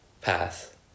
path